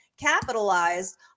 capitalized